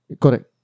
Correct